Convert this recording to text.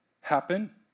happen